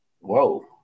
Whoa